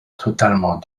totalement